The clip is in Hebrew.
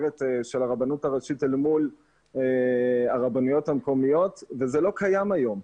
הרבנות הראשית אל מול הרבנויות המקומיות וזה לא קיים היום.